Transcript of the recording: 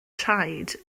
traed